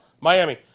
Miami